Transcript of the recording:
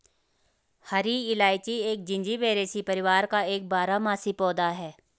हरी इलायची एक जिंजीबेरेसी परिवार का एक बारहमासी पौधा है